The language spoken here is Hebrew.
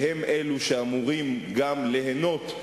שהם אלה שאמורים גם ליהנות.